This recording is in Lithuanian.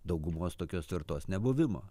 daugumos tokios tvirtos nebuvimo